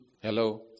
hello